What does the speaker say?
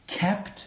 Kept